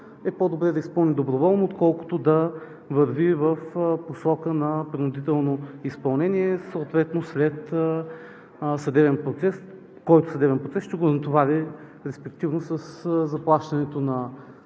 е по-добре да изпълни доброволно, отколкото да върви в посока на принудително изпълнение, съответно след съдебен процес, който съдебен процес ще го натовари респективно със заплащането на